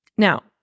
Now